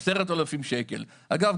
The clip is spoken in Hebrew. אגב,